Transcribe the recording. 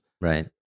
right